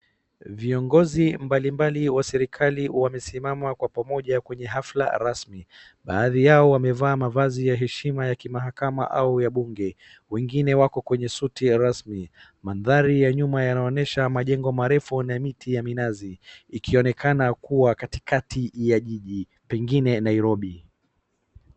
Viongozi mbalimbali wa serikali wamesimama kwa pamoja kwenye hafla rasmi. Baadhi yao wamevaa mavazi ya heshima ya kimahakama au ya bunge. Wengine wako kwenye suti rasmi. Mandhari ya nyuma yanaonesha majengo marefu na miti ya minazi ikionekana kuwa katikati ya jiji pengine Nairobi.